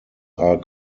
are